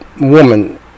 woman